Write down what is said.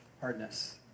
hardness